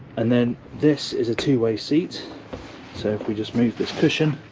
and then this is a two-way seat so if we just move this cushion